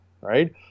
right